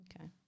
Okay